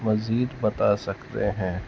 مزید بتا سکتے ہیں